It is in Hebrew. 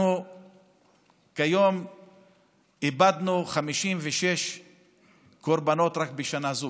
אנחנו עד היום איבדנו 56 קורבנות רק בשנה זו.